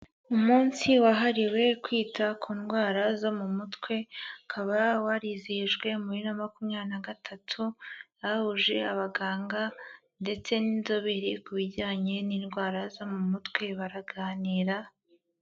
Umunsi wahariwe kwita ku ndwara zo mu mutwe, ukaba warizihijwe muri na makumyabiri na gatatu, bahuje abaganga, ndetse n'inzobere ku bijyanye n'indwara zo mu mutwe, baraganira.